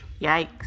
Yikes